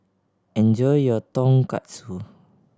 enjoy your Tonkatsu